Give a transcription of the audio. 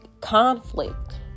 conflict